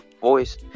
voice